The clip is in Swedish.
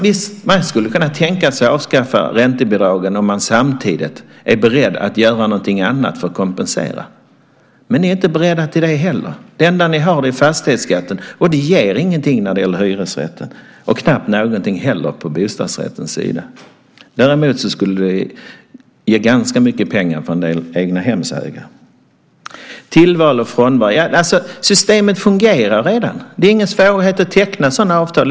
Visst, man skulle kunna tänka sig att avskaffa räntebidragen om man samtidigt är beredd att göra någonting annat för att kompensera, men ni är inte beredda till det heller. Det enda ni har är fastighetsskatten, och den ger ingenting när det gäller hyresrätten och knappt någonting på bostadsrättens sida heller. Däremot skulle det ge ganska mycket pengar till en del egnahemsägare. Systemet för tillval och frånval fungerar redan. Det finns inga svårigheter att teckna sådana avtal.